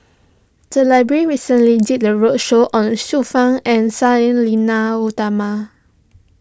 the library recently did a roadshow on Xiu Fang and Sang Nila Utama